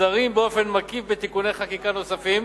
מוסדרים באופן מקיף בתיקוני חקיקה נוספים